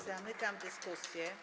Zamykam dyskusję.